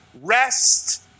rest